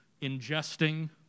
ingesting